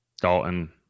Dalton